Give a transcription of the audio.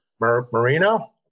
Marino